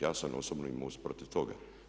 Ja sam osobno i MOST protiv toga.